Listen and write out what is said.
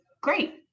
great